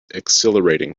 exhilarating